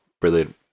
brilliant